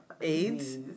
AIDS